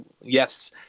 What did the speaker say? Yes